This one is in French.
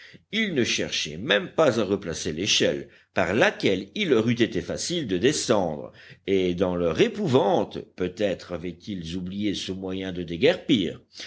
ils ne cherchaient même pas à replacer l'échelle par laquelle il leur eût été facile de descendre et dans leur épouvante peut-être avaient-ils oublié ce moyen de déguerpir